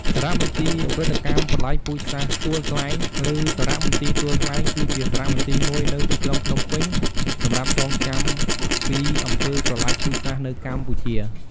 សារមន្ទីរឧក្រិដ្ឋកម្មប្រល័យពូជសាសន៍ទួលស្លែង ឬសារមន្ទីរទួលស្លែង គឺជាសារមន្ទីរមួយនៅទីក្រុងភ្នំពេញ សម្រាប់ចងចាំពីអំពើប្រល័យពូជសាសន៏នៅកម្ពុជា។